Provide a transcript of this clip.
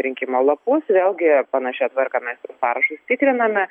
rinkimo lapus vėlgi panašia tvarka mes ir parašus tikriname